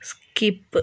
skip